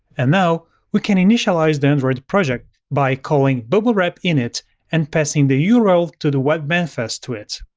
and now we can initialize the android project by calling bubblewrap in it and passing the yeah url to the web manifest to it.